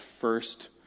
first